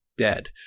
Dead